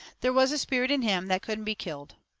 there was a spirit in him that couldn't be killed.